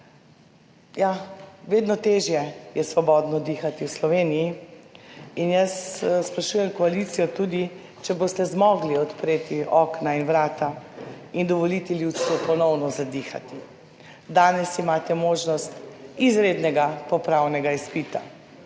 Ja, vedno težje je svobodno dihati v Sloveniji in jaz sprašujem koalicijo, tudi če boste zmogli odpreti okna in vrata in dovoliti ljudstvu ponovno zadihati danes, imate možnost izrednega popravnega izpita.